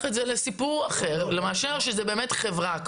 את זה לסיפור אחר מאשר כשזה באמת חברה,